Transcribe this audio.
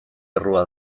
errua